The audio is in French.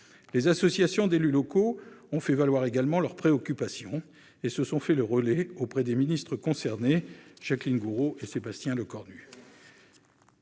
Les associations d'élus locaux ont fait valoir également leurs préoccupations et se sont fait le relais auprès des ministres concernés, Jacqueline Gourault et Sébastien Lecornu.